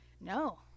No